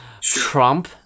Trump